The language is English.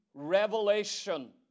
revelation